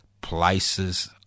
places